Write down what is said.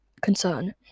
concern